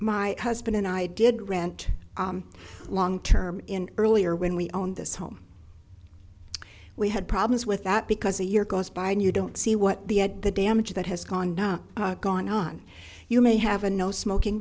my husband and i did rent long term in earlier when we own this home we had problems with that because a year goes by and you don't see what the the damage that has gone gone on you may have a no smoking